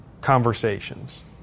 conversations